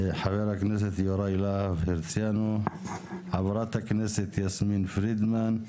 חה"כ יוראי להב הרצנו, חה"כ יסמין פרידמן,